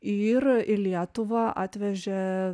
ir į lietuvą atvežė